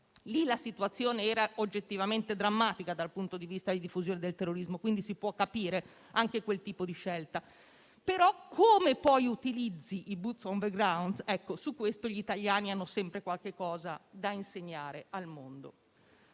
la situazione era oggettivamente drammatica dal punto di vista della diffusione del terrorismo e quindi si può capire anche quel tipo di scelta, ma su come si utilizzano i *boots on the ground* gli italiani hanno sempre qualcosa da insegnare al mondo.